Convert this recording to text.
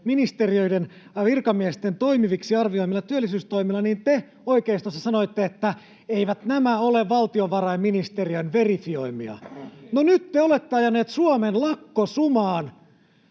ministeriöiden, virkamiesten toimiviksi arvioimilla työllisyystoimilla, te oikeistossa sanoitte, että eivät nämä ole valtiovarainministeriön verifioimia. No, nyt te olette ajaneet Suomen lakkosumaan